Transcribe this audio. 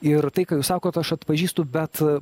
ir tai ką jūs sakot aš atpažįstu bet